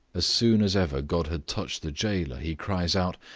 as soon as ever god had touched the jailor, he cries out,